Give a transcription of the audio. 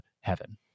heaven